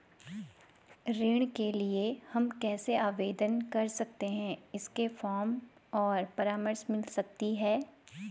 ऋण के लिए हम कैसे आवेदन कर सकते हैं इसके फॉर्म और परामर्श मिल सकती है?